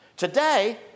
Today